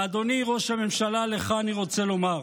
אדוני ראש הממשלה, לך אני רוצה לומר